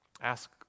ask